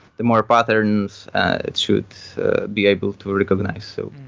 the more patterns it should be able to recognize. so